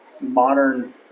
modern